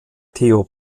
theo